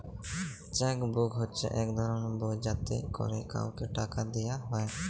cheque book হছে ইক ধরলের বই যাতে ক্যরে কাউকে টাকা দিয়া হ্যয়